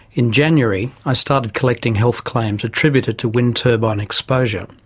in january i started collecting health claims attributed to wind turbine exposure.